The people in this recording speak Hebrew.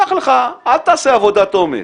אל תעשה עבודת עומק,